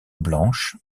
blanche